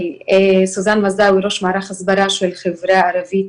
סוזן מזאוי, ראש מערך הסברה של החברה הערבית,